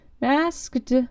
Masked